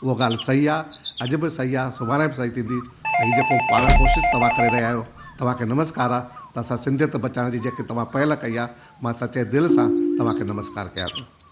उहो ॻाल्हि सही आहे अॼ बि सही आहे सुभाणे बि सही थींदी त हीअ जेको पाण कोशिशि तव्हां करे रहिया आहियो तव्हांखे नमस्कार आहे त असां सिंधीअत बचायण जी जेके तव्हां पैहल कई आहे मां सच्चे दिलि सां तव्हांखे नमस्कार कयां थो